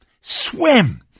Swim